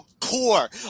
core